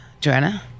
Joanna